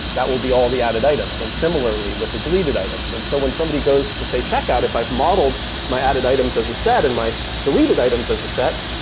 that will be all the added items, and similarly with the deleted items. and so when somebody goes to say check out if i've modeled my added items as a set and my deleted items as a set,